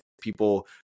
people